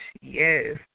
Yes